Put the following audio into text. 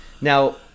Now